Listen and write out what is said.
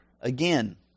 again